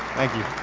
thank you.